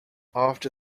after